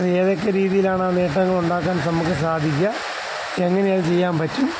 അതേതെക്കെ രീതിയിലാണ് ആ നേട്ടങ്ങളുണ്ടാക്കാൻ നമുക്ക് സാധിക്കുക എങ്ങനെയത് ചെയ്യാൻ പറ്റും